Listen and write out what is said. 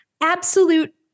absolute